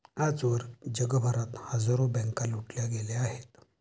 आजवर जगभरात हजारो बँका लुटल्या गेल्या आहेत